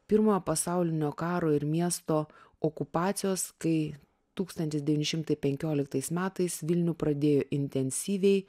pirmojo pasaulinio karo ir miesto okupacijos kai tūkstantis devyni šimtai penkioliktais metais vilnių pradėjo intensyviai